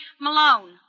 Malone